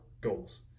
goals